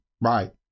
right